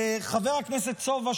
וחבר הכנסת סובה,